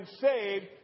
saved